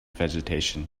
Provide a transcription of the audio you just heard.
vegetation